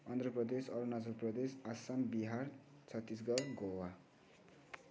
Andhra Pradesh Arunachal Pradesh Assam Bihar Chhattisgarh Goa